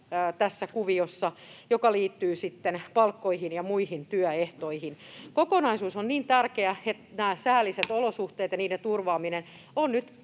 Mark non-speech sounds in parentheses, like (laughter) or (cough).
oma roolinsa, joka liittyy sitten palkkoihin ja muihin työehtoihin. Kokonaisuus on niin tärkeä, että nämä säälliset olosuhteet (noise) ja niiden turvaaminen on nyt